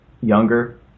younger